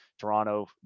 Toronto